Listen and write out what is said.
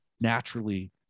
naturally